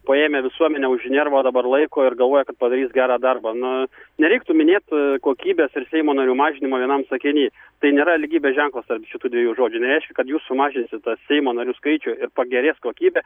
paėmę visuomenę už nervo dabar laiko ir galvoja kad padarys gerą darbą nu nereiktų minėt kokybės ir seimo narių mažinimo vienam sakiny tai nėra lygybės ženklas tarp šitų dviejų žodžių nereiškia kad jūs sumažinsit seimo narių skaičių ir pagerės kokybė